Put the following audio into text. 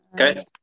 Okay